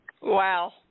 Wow